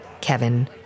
Kevin